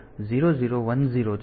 તેથી આ ભાગ ટાઈમર 1 માટે છે